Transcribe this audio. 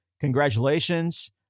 congratulations